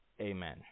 Amen